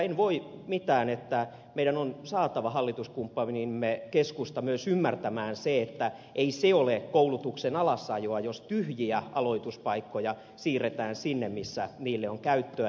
en voi sille mitään että meidän on saatava myös hallituskumppanimme keskusta ymmärtämään se että ei se ole koulutuksen alasajoa jos tyhjiä aloituspaikkoja siirretään sinne missä niille on käyttöä